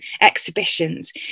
exhibitions